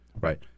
right